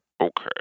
okay